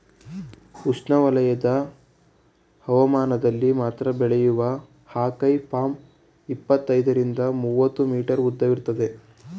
ಉಷ್ಣವಲಯದ ಹವಾಮಾನದಲ್ಲಿ ಮಾತ್ರ ಬೆಳೆಯುವ ಅಕೈ ಪಾಮ್ ಇಪ್ಪತ್ತೈದರಿಂದ ಮೂವತ್ತು ಮೀಟರ್ ಉದ್ದವಿರ್ತದೆ